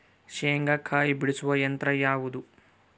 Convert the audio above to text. ಶೇಂಗಾಕಾಯಿ ಬಿಡಿಸುವ ಯಂತ್ರ ಯಾವುದು?